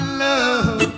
love